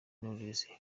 knowless